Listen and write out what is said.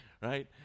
right